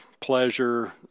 pleasure